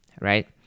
right